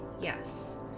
yes